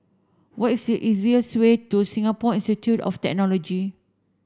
what is the easiest way to Singapore Institute of Technology